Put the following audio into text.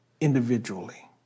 individually